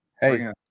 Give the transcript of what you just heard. Hey